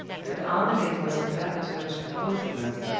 but armadale was on bad terms with both of them.